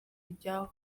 ibyabo